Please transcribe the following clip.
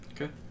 Okay